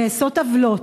נעשות עוולות.